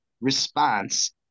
response